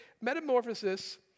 metamorphosis